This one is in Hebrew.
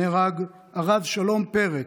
נהרג הרב שלום פרץ,